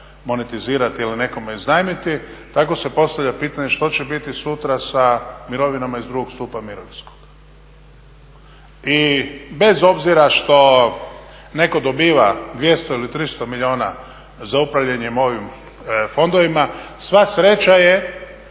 monetizirati ili nekome iznajmiti tako se postavlja pitanje što će biti sutra sa mirovinama iz drugog stupa mirovinskog i bez obzira što netko dobiva 200 ili 300 milijuna za upravljanje ovim fondovima, sva sreća je